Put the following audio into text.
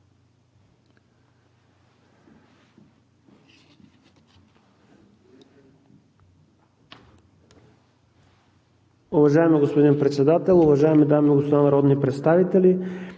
Уважаеми господин Председател, уважаеми дами и господа народни представители!